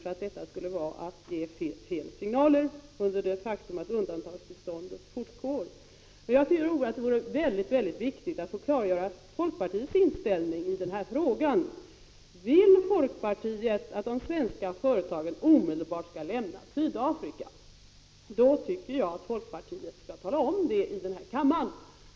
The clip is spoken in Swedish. Det skulle enligt vår mening vara att ge fel signaler mot bakgrund av det faktum att undantagstillståndet fortgår. Det är utomordentligt viktigt att folkpartiets inställning i den här frågan klargörs. Vill folkpartiet att de svenska företagen omedelbart skall lämna Sydafrika? I så fall tycker jag att folkpartiet skall tala om det här i kammaren.